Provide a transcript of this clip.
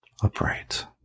Upright